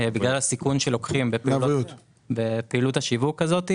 בגלל הסיכון שלוקחים בפעילות השיווק הזאת,